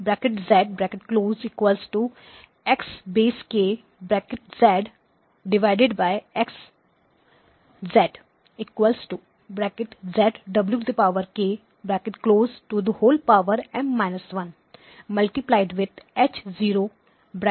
H' K XKX M 1H0